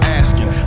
asking